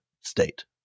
state